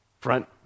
Front